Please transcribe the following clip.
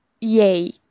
Yay